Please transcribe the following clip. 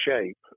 shape